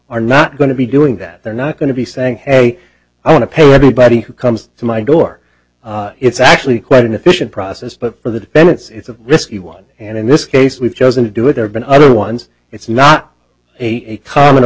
are not going to be doing that they're not going to be saying hey i want to pay everybody who comes to my door it's actually quite an efficient process but for the defense it's a risky one and in this case we've chosen to do it there have been other ones it's not a common a